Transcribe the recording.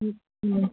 ꯎꯝ ꯎꯝ